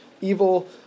evil